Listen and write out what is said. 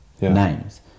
names